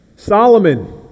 solomon